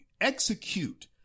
Execute